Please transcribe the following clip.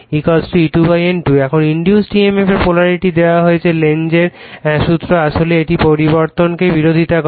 এখন induced emf এর polarity দেওয়া হয়েছে লেনজের সুত্রে আসলে এটি পরিবর্তনকে বিরোধিতা করে